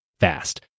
Fast